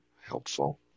helpful